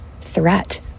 threat